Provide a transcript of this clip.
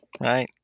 Right